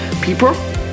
people